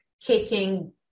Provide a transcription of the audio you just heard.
kicking